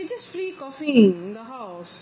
you're just free coughing in the house